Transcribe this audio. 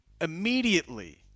immediately